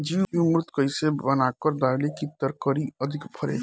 जीवमृत कईसे बनाकर डाली की तरकरी अधिक फरे?